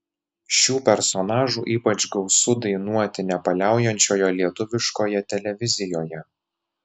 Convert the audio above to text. šių personažų ypač gausu dainuoti nepaliaujančioje lietuviškoje televizijoje